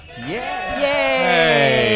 Yay